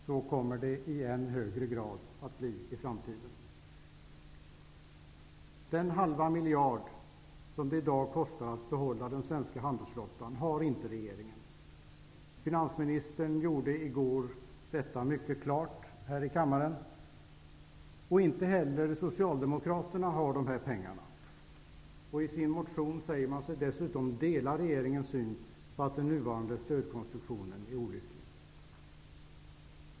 Så kommer det i än högre grad att bli i framtiden. Den halva miljard som det i dag kostar att behålla den svenska flottan har inte regeringen. Finansministern gjorde i går detta mycket klart här i kammaren. Inte heller Socialdemokraterna har dessa pengar. I sin motion säger de sig dessutom dela regeringens syn på att den nuvarande stödkonstruktionen är olycklig.